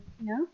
No